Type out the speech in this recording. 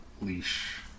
leash